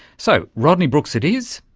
so, rodney brooks it is,